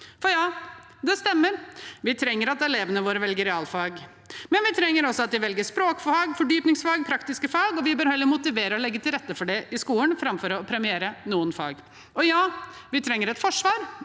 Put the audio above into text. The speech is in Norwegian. Ja, det stemmer: Vi trenger at elevene våre velger realfag, men vi trenger også at de velger språkfag, fordypningsfag, praktiske fag, og vi bør heller motivere og legge til rette for det i skolen framfor å premiere noen fag. Og ja, vi trenger et forsvar,